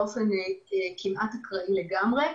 באופן אקראי כמעט לגמרי,